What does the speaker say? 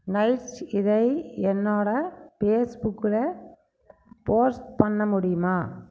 nice இதை என்னோட பேஸ்புக்கில் போஸ்ட் பண்ண முடியுமா